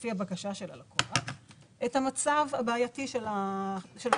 לפי הבקשה של הלקוח, את המצב הבעייתי של הרדיפה.